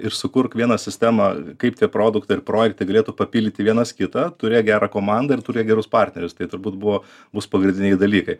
ir sukurti vieną sistemą kaip tie produktai ir projektą galėtų papildyti vienas kitą turi gerą komandą ir turi gerus partnerius tai turbūt buvo bus pagrindiniai dalykai